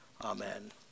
Amen